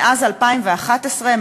מאז 2011,